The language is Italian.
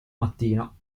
mattino